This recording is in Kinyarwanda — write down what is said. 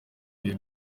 bihe